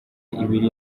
ibiri